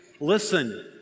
listen